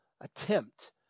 attempt